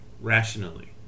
rationally